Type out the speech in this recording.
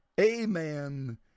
amen